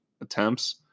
attempts